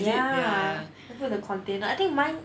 ya then put the container I think mine